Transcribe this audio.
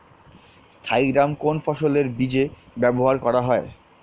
Thiram কোন ফসলের বীজে ব্যবহার করা হয়?